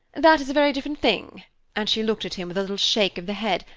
that is a very different thing and she looked at him with a little shake of the head,